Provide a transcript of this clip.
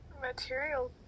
material